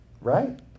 Right